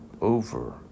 over